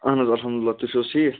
اہن حظ الحمدُ لِلہ تُہۍ چھُو حظ ٹھیٖک